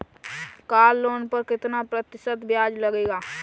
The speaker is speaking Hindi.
कार लोन पर कितना प्रतिशत ब्याज लगेगा?